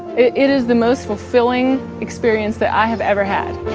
it is the most fulfilling experience that i have ever had.